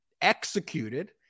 executed